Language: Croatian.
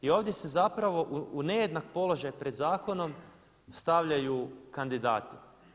I ovdje se zapravo u nejednak položaj pred zakonom stavljaju kandidati.